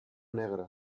negre